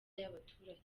y’abaturage